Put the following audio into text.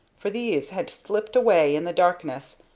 for these had slipped away in the darkness,